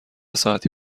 ساعتی